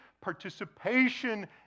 participation